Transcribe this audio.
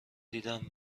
دیدم